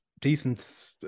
decent